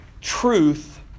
truth